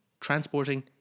transporting